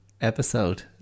episode